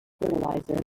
fertilizer